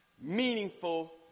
meaningful